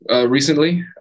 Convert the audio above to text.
recently